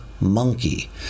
monkey